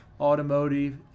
automotive